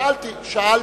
שאלתי.